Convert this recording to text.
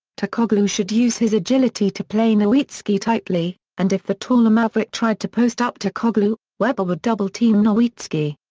turkoglu should use his agility to play nowitzki tightly, and if the taller maverick tried to post up turkoglu, webber would double team nowitzki.